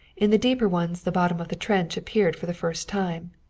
in the deeper ones, the bottom of the trench appeared for the first time.